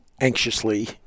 anxiously